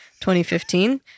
2015